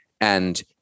And-